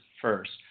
first